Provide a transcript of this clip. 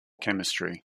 chemistry